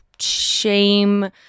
shame